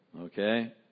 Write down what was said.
Okay